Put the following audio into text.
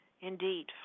Indeed